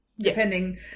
Depending –